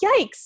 yikes